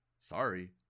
Sorry